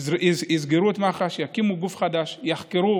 שיסגרו את מח"ש, יקימו גוף חדש ויחקרו